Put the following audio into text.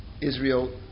Israel